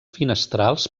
finestrals